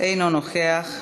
אינו נוכח,